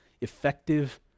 effective